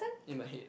in my head